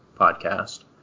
podcast